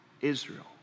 Israel